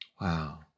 Wow